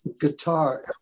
guitar